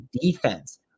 defense